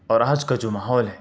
اور آج کا جو ماحول ہے